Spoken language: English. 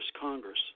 Congress